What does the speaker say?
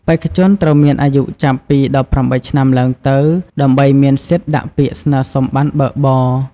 បេក្ខជនត្រូវមានអាយុចាប់ពី ១៨ ឆ្នាំឡើងទៅ ដើម្បីមានសិទ្ធិដាក់ពាក្យស្នើសុំប័ណ្ណបើកបរ។